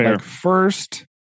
First